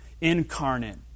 incarnate